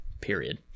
period